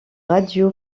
radio